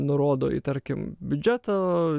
nurodo į tarkim biudžeto